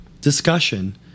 discussion